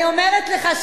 אז אני אומרת לך,